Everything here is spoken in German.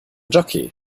jockey